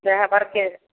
सएह बड़के